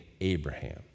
Abraham